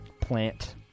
plant